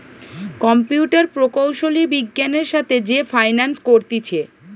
computer প্রকৌশলী বিজ্ঞানের সাথে যে ফাইন্যান্স করতিছে